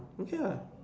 okay lah